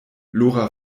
lora